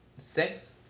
Six